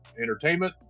entertainment